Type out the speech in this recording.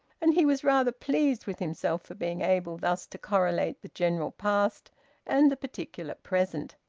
and he was rather pleased with himself for being able thus to correlate the general past and the particular present.